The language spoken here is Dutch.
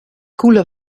koele